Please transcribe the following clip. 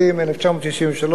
התשכ"ג 1963,